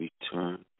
return